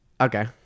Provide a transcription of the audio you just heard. Okay